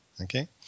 okay